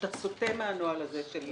ושאתה סוטה מהנוהל הזה של